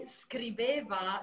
scriveva